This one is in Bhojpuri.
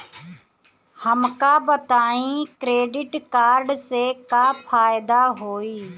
हमका बताई क्रेडिट कार्ड से का फायदा होई?